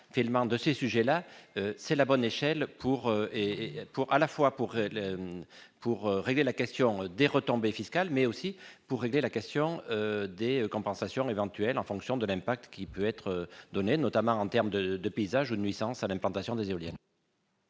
et pour à la fois pour régler pour régler la question des retombées fiscales mais aussi pour régler la question des compensations éventuelles en fonction de l'impact, qui peut être donnée, notamment en terme de de paysage nuisances à l'implantation des éoliennes.